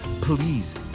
please